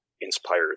inspired